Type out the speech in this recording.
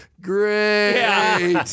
great